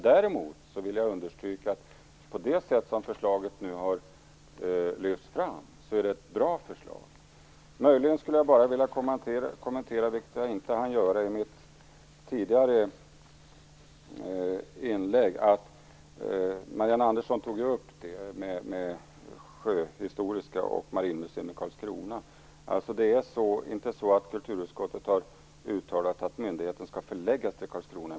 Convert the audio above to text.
Däremot vill jag understryka att det är ett bra förslag, på det sätt som det nu har lyfts fram. Marianne Andersson tog upp frågan om Sjöhistoriska museet och Marinmuseum i Karlskrona. Jag vill också kommentera den, då jag inte hann göra det i mitt tidigare inlägg. Det är inte så att kulturutskottet har uttalat att myndigheten skall förläggas till Karlskrona.